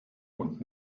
und